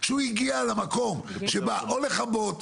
שהוא הגיע למקום שבא או לכבות,